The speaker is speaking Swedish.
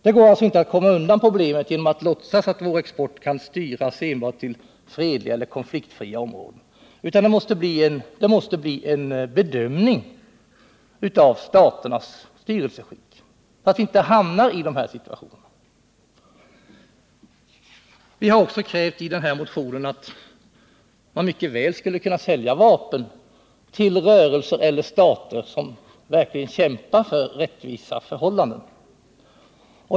Det går alltså inte att 149 komma ifrån problemet genom att låtsas att vår export kan styras enbart till fredliga eller konfliktfria områden. Det måste bli en bedömning av staternas styrelseskick, så att vi inte hamnar i sådana situationer som jag här beskrivit. I vår motion har vi också sagt att man mycket väl skulle kunna sälja vapen till rörelser eller stater som verkligen kämpar för rättvisa förhållanden.